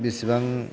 बेसेबां